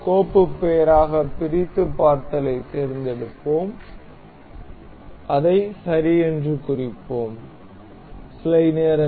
கோப்பு பெயராக பிரித்து பார்த்தலைத் தேர்ந்தெடுப்போம் அதை சரி என்று குறிப்போம்